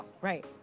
right